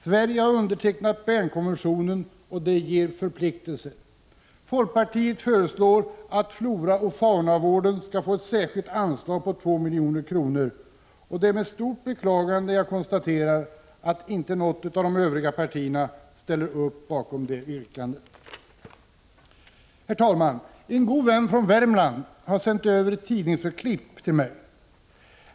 Sverige har undertecknat Bernkonventionen, och det medför förpliktelser. Folkpartiet föreslår att floraoch faunavården skall få ett särskilt anslag på 2 milj.kr. Det är med stort beklagande jag konstaterar att inte något av de övriga partierna ställer upp bakom detta yrkande. Herr talman! En god vän från Värmland har sänt över ett tidningsurklipp till mig.